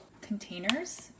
containers